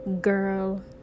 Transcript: girl